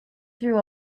through